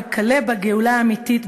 וכלה בגאולה האמיתית,